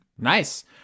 Nice